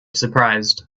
surprised